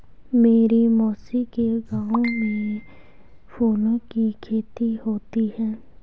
मेरी मौसी के गांव में फूलों की खेती होती है